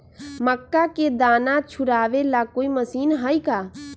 मक्का के दाना छुराबे ला कोई मशीन हई का?